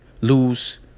lose